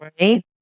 right